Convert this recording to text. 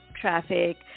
traffic